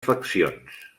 faccions